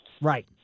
Right